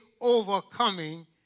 overcoming